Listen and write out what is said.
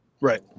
Right